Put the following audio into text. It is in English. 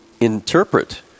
interpret